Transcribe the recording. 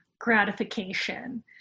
gratification